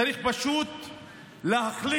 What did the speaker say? צריך פשוט להחליט